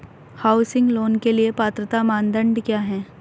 Housing loan के लिए पात्रता मानदंड क्या हैं?